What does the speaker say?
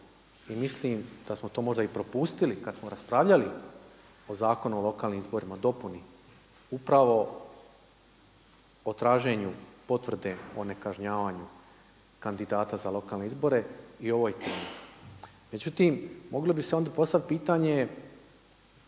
i mislim da smo to možda i propustili kada smo raspravljali o Zakonu o lokalnim izborima, dopuni, upravo o traženju potvrde o nekažnjavanju kandidata za lokalne izbore i … Međutim moglo bi se onda postaviti pitanje,